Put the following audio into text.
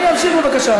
אדוני ימשיך, בבקשה.